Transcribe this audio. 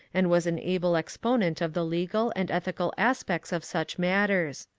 and was an able exponent of the legal and ethical aspects of such matters.